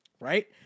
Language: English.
right